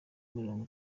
mirongo